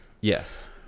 yes